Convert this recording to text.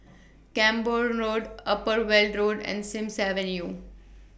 Camborne Road Upper Weld Road and Sims Avenue